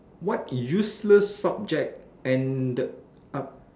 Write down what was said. what useless subject ended up